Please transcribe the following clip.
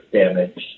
damage